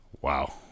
Wow